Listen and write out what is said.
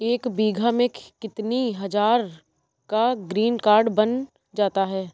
एक बीघा में कितनी हज़ार का ग्रीनकार्ड बन जाता है?